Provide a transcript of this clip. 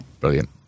Brilliant